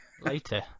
later